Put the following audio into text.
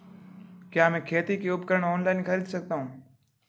क्या मैं खेती के उपकरण ऑनलाइन खरीद सकता हूँ?